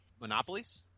monopolies